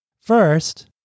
First